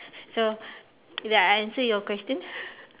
so did I answer your question